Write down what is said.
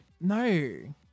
No